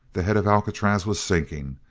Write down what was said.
the head of alcatraz was sinking,